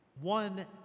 one